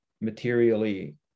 materially